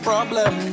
Problem